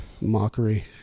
mockery